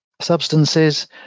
substances